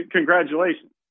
Congratulations